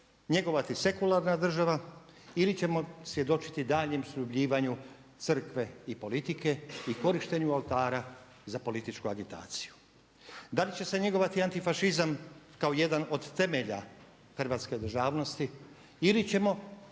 njegovati sekularna država ili ćemo svjedočiti daljnjem sljubljivanju crkve i politike i korištenju oltara za političku agitaciju. Da li će se njegovati antifašizam kao jedan od temelja hrvatske državnosti ili ćemo